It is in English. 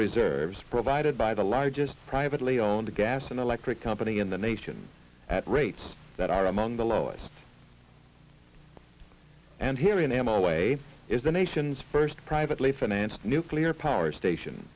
reserves provided by the largest privately owned a gas and electric company in the nation at rates that are among the lowest and here in am i way is the nation's first privately financed nuclear power station